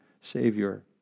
savior